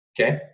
okay